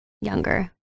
younger